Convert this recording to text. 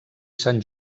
sant